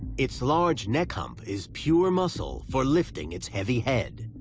it's large neck hump is pure muscle for lifting its heavy head,